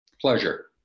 Pleasure